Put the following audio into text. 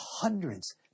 hundreds